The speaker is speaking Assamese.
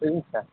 বুজিছা